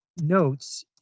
notes